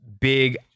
big